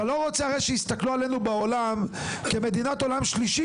אתה הרי לא רוצה שיסתכלו עלינו בעולם כמדינת עולם שלישי